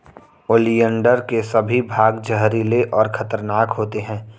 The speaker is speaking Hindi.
ओलियंडर के सभी भाग जहरीले और खतरनाक होते हैं